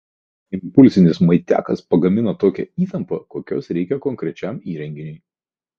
impulsinis maitiakas pagamina tokią įtampą kokios reikia konkrečiam įrenginiui